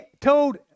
told